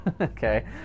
okay